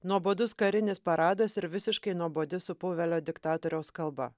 nuobodus karinis paradas ir visiškai nuobodi supuvėlio diktatoriaus kalba